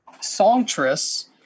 songstress